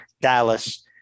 Dallas